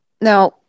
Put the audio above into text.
Now